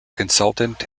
consultant